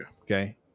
Okay